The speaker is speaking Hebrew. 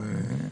נכון.